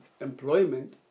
employment